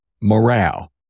morale